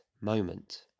moment